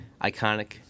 Iconic